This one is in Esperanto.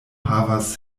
havas